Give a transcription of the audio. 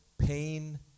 pain